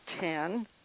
ten